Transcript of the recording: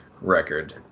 record